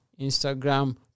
Instagram